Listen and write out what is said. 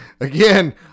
Again